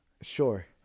Sure